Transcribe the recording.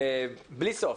בלי סוף.